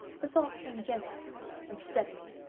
the thought came gently and stealthily,